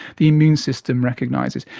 the immune system recognises.